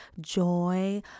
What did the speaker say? joy